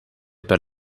per